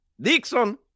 dixon